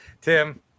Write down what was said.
tim